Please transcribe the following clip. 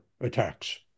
attacks